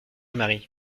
marie